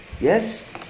yes